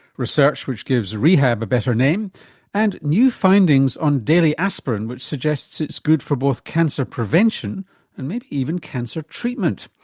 research which gives rehab a better name and new findings on daily aspirin which suggests it's good for both cancer prevention and maybe even cancer treatment.